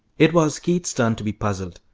it was keith's turn to be puzzled,